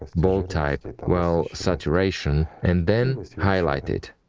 bold type, well, saturation and then highlight it.